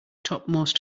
topmost